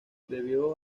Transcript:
debido